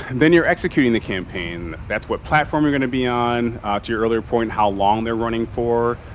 and then you're executing the campaign. that's what platform we're going to be on ah to your earlier point? how long they're running for?